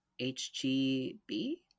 hgb